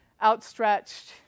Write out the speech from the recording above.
outstretched